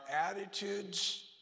attitudes